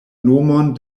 nomon